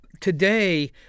Today